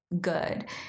good